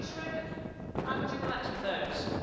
reckon? how um would you relax with those?